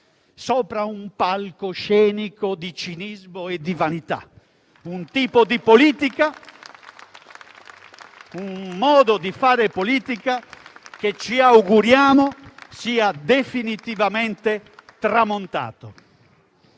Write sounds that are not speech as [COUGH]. sopra un palcoscenico di cinismo e di vanità. [APPLAUSE] Un tipo di politica, un modo di fare politica che ci auguriamo sia definitivamente tramontato.